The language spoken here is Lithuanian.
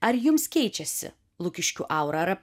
ar jums keičiasi lukiškių aura ar